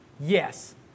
Yes